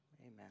Amen